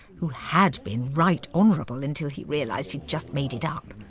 who had been right honourable until he realised he'd just made it up.